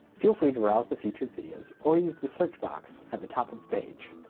feel free to browse the featured videos or use the search box at the top of page.